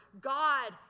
God